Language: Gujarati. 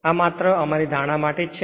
આ માત્ર અમારી ધારણા માટે જ છે